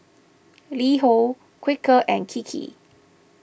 LiHo Quaker and Kiki